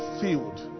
field